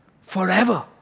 forever